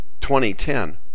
2010